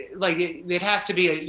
like there has to be,